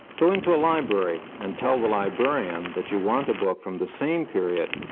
go into a library and tell the librarian that you want a book from the same period,